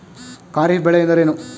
ಖಾರಿಫ್ ಬೆಳೆ ಎಂದರೇನು?